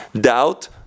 doubt